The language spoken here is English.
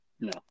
No